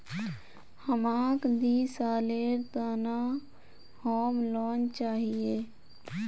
हमाक दी सालेर त न होम लोन चाहिए